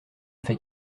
fait